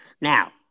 Now